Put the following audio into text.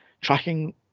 tracking